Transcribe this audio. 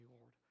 Lord